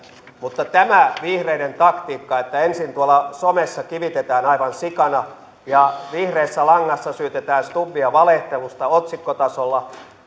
mutta tämä vihreiden taktiikka ensin tuolla somessa kivitetään aivan sikana ja vihreässä langassa syytetään stubbia valehtelusta otsikkotasolla